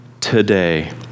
today